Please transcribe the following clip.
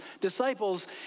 disciples